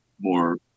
more